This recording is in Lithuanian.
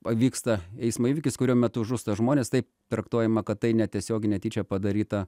pavyksta eismo įvykis kurio metu žūsta žmonės taip traktuojama kad tai netiesiog netyčia padaryta